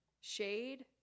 shade